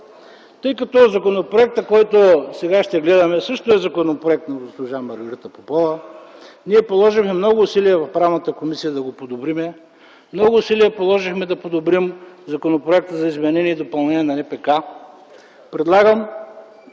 Тъй като законопроектът, който сега ще гледаме, също е законопроект на госпожа Маргарита Попова, ние положихме много усилия в Комисията по правни въпроси да го подобрим, много усилия положихме, за да подобрим Законопроекта за изменение и допълнение на НПК, то предлагам